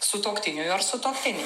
sutuoktiniui ar sutuoktinei